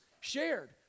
shared